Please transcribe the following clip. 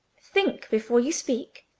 think before you speak!